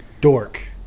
Dork